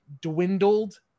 dwindled